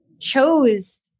chose